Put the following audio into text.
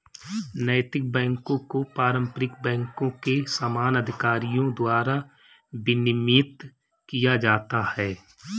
नैतिक बैकों को पारंपरिक बैंकों के समान अधिकारियों द्वारा विनियमित किया जाता है